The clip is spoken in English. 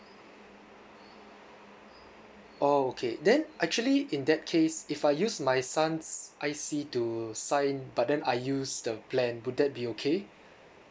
orh okay then actually in that case if I use my son's I_C to sign but then I use the plan would that be okay